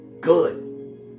Good